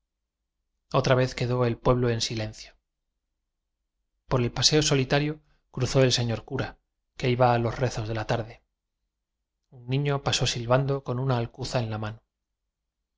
otra vez quedó el pueblo en silencio por el paseo solitario cruzó el señor cura que iba a los rezos de la tarde un niño pasó sil bando con una alcuza en la mano